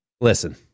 listen